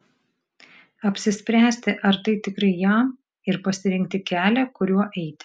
apsispręsti ar tai tikrai jam ir pasirinkti kelią kuriuo eiti